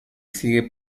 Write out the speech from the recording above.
sigue